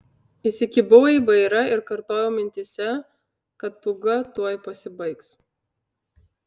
įsikibau į vairą ir kartojau mintyse kad pūga tuoj pasibaigs